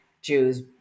Jews